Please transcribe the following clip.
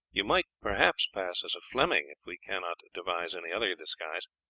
you might perhaps pass as a fleming, if we cannot devise any other disguise.